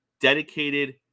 dedicated